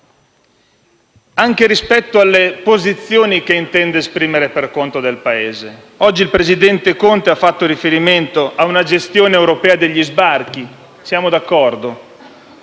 anche rispetto alle posizioni che intende esprimere per conto del Paese. Oggi il presidente Conte ha fatto riferimento a una gestione europea degli sbarchi e siamo d'accordo;